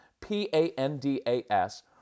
P-A-N-D-A-S